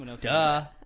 Duh